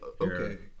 okay